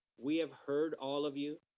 we have heard all of you.